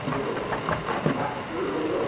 hello হুম বলুন